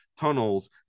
tunnels